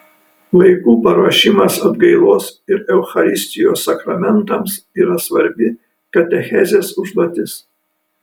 vaikų paruošimas atgailos ir eucharistijos sakramentams yra svarbi katechezės užduotis